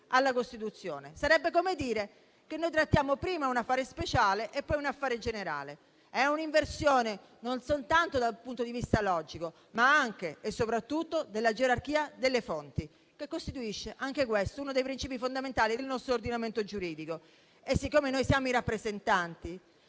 alla Costituzione. Sarebbe come dire che noi trattiamo prima un affare speciale e poi un affare generale: un'inversione, non soltanto dal punto di vista logico, ma anche e soprattutto della gerarchia delle fonti, che costituisce, anche questo, uno dei principi fondamentali del nostro ordinamento giuridico. Siccome siamo i rappresentanti